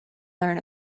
learn